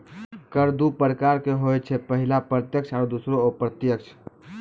कर दु प्रकारो के होय छै, पहिला प्रत्यक्ष आरु दोसरो अप्रत्यक्ष